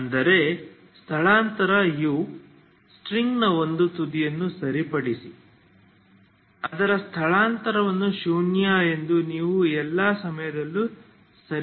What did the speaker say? ಅಂದರೆ ಸ್ಥಳಾಂತರ u ಸ್ಟ್ರಿಂಗ್ನ ಒಂದು ತುದಿಯನ್ನು ಸರಿಪಡಿಸಿ ಅದರ ಸ್ಥಳಾಂತರವನ್ನು ಶೂನ್ಯ ಎಂದು ನೀವು ಎಲ್ಲ ಸಮಯದಲ್ಲೂ ಸರಿಪಡಿಸುತ್ತೀರಿ